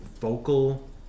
vocal